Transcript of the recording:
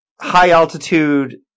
high-altitude